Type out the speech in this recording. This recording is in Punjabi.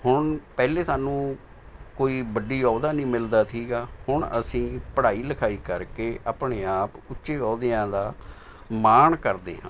ਹੁਣ ਪਹਿਲੇ ਸਾਨੂੰ ਕੋਈ ਵੱਡੀ ਅਹੁਦਾ ਨਹੀਂ ਮਿਲਦਾ ਸੀਗਾ ਹੁਣ ਅਸੀਂ ਪੜ੍ਹਾਈ ਲਿਖਾਈ ਕਰਕੇ ਆਪਣੇ ਆਪ ਉੱਚੇ ਅਹੁਦਿਆਂ ਦਾ ਮਾਣ ਕਰਦੇ ਹਾਂ